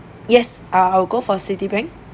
yes I will go for Citibank